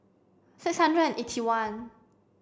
six hundred and eighty one